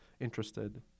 interested